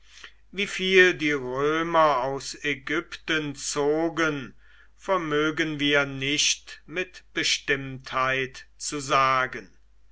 wie viel die römer aus ägypten zogen vermögen wir nicht mit bestimmtheit zu sagen